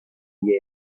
year